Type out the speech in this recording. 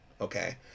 okay